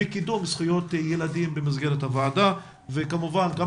בקידום זכויות ילדים במסגרת הוועדה וכמובן גם